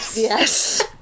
yes